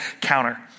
counter